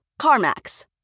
CarMax